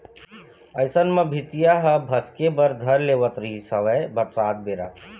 अइसन म भीतिया ह भसके बर धर लेवत रिहिस हवय बरसात बेरा